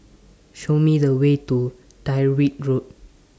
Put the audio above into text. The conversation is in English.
Show Me The Way to Tyrwhitt Road